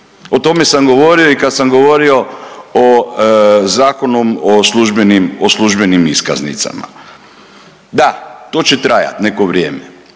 O tome sam govorio i kad sam govorio o Zakonu o službenim iskaznicama. Da, to će trajati neko vrijeme